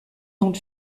dont